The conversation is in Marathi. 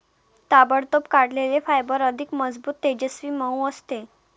ताबडतोब काढलेले फायबर अधिक मजबूत, तेजस्वी, मऊ असते